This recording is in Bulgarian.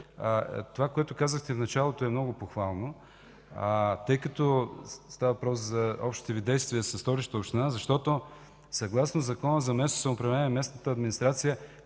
това, което казахте в началото, е много похвално, тъй като става въпрос за общите Ви действия със Столичната община, защото съгласно Закона за местното самоуправление и местната администрация